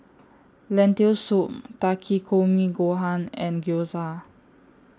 Lentil Soup Takikomi Gohan and Gyoza